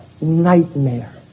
nightmare